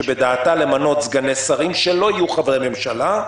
שבדעתה למנות סגני שרים שלא יהיו חברי הממשלה,